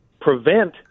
prevent